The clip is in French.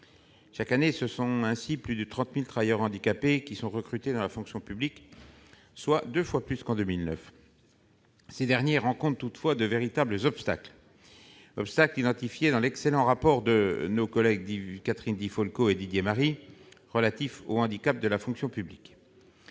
Chaque année, ce sont ainsi plus de 30 000 travailleurs handicapés qui sont recrutés dans la fonction publique, soit deux fois plus qu'en 2009. Ces derniers rencontrent toutefois de véritables obstacles, identifiés dans l'excellent rapport de nos collègues Catherine Di Folco et Didier Marie relatif au handicap dans la fonction publique.